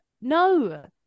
no